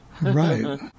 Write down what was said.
Right